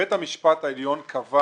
בית המשפט העליון קבע